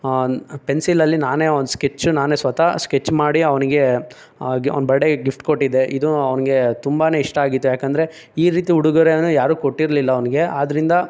ಪೆನ್ಸಿಲಲ್ಲಿ ನಾನೇ ಒಂದು ಸ್ಕೆಚ್ ನಾನೇ ಸ್ವತಃ ಸ್ಕೆಚ್ ಮಾಡಿ ಅವನಿಗೆ ಆ ಗಿ ಅವ್ನು ಬರ್ಡೆಗೆ ಗಿಫ್ಟ್ ಕೊಟ್ಟಿದ್ದೆ ಇದು ಅವ್ನಿಗೆ ತುಂಬನೇ ಇಷ್ಟ ಆಗಿತ್ತು ಏಕೆಂದ್ರೆ ಈ ರೀತಿ ಉಡುಗೊರೆಯನ್ನು ಯಾರೂ ಕೊಟ್ಟಿರಲಿಲ್ಲ ಅವ್ನಿಗೆ ಆದರಿಂದ